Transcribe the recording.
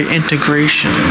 integration